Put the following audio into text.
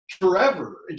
forever